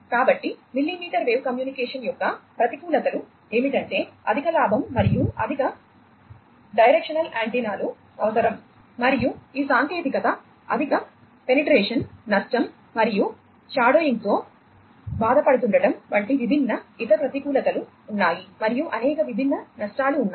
కాబట్టి millimetre wave communication యొక్క ప్రతికూలతలు ఏమిటంటే అధిక లాభం మరియు అధిక డైరెక్షనల్ యాంటెనాలు తో బాధపడుతుండటం వంటి విభిన్న ఇతర ప్రతికూలతలు ఉన్నాయి మరియు అనేక విభిన్న నష్టాలు ఉన్నాయి